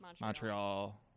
Montreal